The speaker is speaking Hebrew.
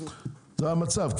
זה המצב,